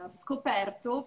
scoperto